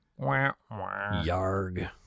Yarg